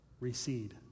recede